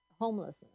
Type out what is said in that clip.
homelessness